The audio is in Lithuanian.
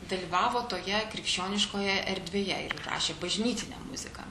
dalyvavo toje krikščioniškoje erdvėje ir rašė bažnytinę muziką